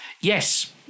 Yes